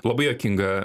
labai juokinga